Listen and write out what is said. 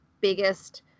biggest